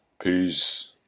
peace